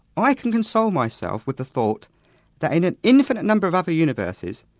i can console myself with the thought that in an infinite number of other universes,